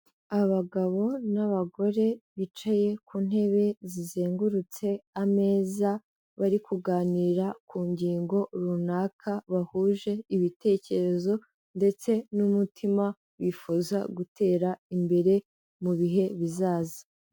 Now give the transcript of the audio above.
Abagabo n'abagore bicaye ku ntebe zizengurutse ameza, bari kuganira ku ngingo runaka, bahuje ibitekerezo ndetse n'umutima, bifuza gutera imbere mu bihe bizaza.